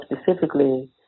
specifically